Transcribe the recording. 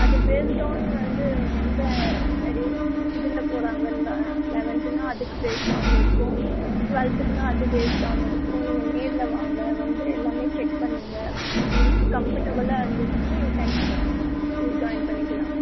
அது based on வந்து எந்த ஸ்டெடி இதில் போடுறாங்கன்னா லெவன்த்துன்னால் அதுக்கு பேஸ்டு ஆனில் இருக்கும் ட்வெல்த்துக்குன்னால் அது பேஸ்டு ஆனில் இருக்கும் நீங்கள் நேரில் வாங்க வந்து எல்லாமே செக் பண்ணுங்க உங்களுக்கு கம்ஃபர்டபுளாக இருந்துச்சுன்னா யு கேன் நீங்கள் ஜாயின் பண்ணிக்கலாம்